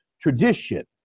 tradition